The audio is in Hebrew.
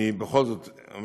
אני בכל זאת אומר